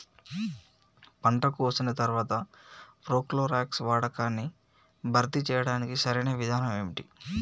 పంట కోసిన తర్వాత ప్రోక్లోరాక్స్ వాడకాన్ని భర్తీ చేయడానికి సరియైన విధానం ఏమిటి?